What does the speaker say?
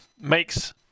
makes